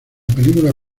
película